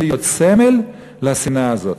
להיות סמל לשנאה הזאת.